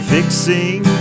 Fixing